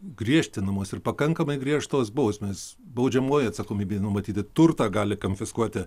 griežtinamos ir pakankamai griežtos bausmės baudžiamoji atsakomybė numatyti turtą gali konfiskuoti